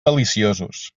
deliciosos